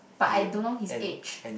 but I don't know his age